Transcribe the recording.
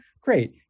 Great